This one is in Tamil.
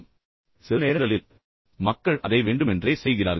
சரி மீண்டும் சில நேரங்களில் மக்கள் அதை வேண்டுமென்றே செய்கிறார்கள்